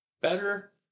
better